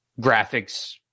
graphics